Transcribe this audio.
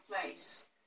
place